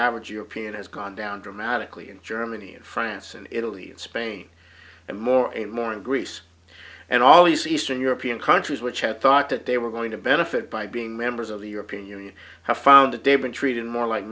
average european has gone down dramatically in germany and france and italy and spain and more and more and greece and all these eastern european countries which have thought that they were going to benefit by being members of the european union have found a day been treated more like